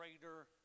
greater